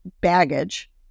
baggage